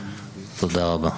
תודה רבה.